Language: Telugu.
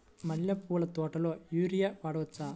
మల్లె పూల తోటలో యూరియా వాడవచ్చా?